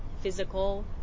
physical